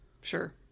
Sure